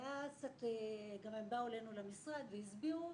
גם הם באו אלינו למשרד והסבירו